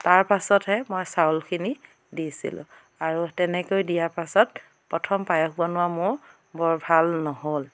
তাৰপাছতহে মই চাউলখিনি দিছিলোঁ আৰু তেনেকৈ দিয়াৰ পাছত প্ৰথম পায়স বনোৱা মোৰ বৰ ভাল নহ'ল